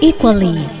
Equally